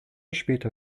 später